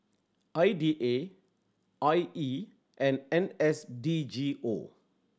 I D A I E and N S D G O